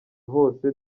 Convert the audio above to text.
hose